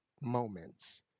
moments